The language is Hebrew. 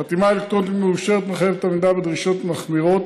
חתימה אלקטרונית מאושרת מחייבת עמידה בדרישות מחמירות,